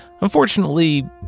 unfortunately